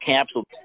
capsule